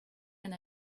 and